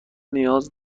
نیاز